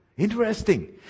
interesting